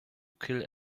kill